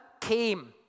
came